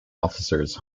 officers